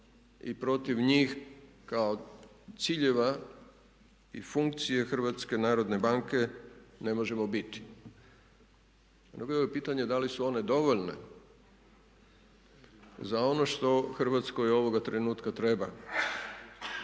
i protiv njih kao ciljeva i funkcije HNB-a ne možemo biti. Jedino je pitanje da li su one dovoljne za ono što Hrvatskoj ovoga trenutka treba?